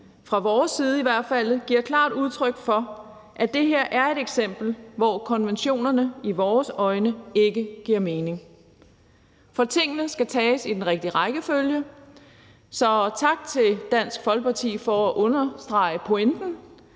fra vores side i hvert fald giver klart udtryk for, at det her er et eksempel, hvor konventionerne i vores øjne ikke giver mening. Men tingene skal tages i den rigtige rækkefølge. Så tak til Dansk Folkeparti for at understrege pointen,